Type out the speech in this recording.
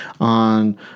on